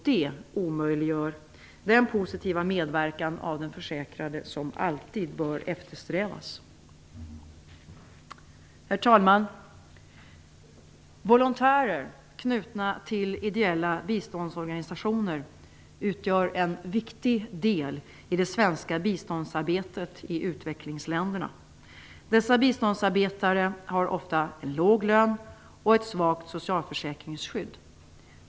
Det omöjliggör den positiva medverkan av den försäkrade som alltid bör eftersträvas. Herr talman! Volontärer knutna till ideella biståndsorganisationer utgör en viktig del i det svenska biståndsarbetet i utvecklingsländerna. Dessa biståndsarbetare har ofta en låg lön och ett svagt socialförsäkringsskydd.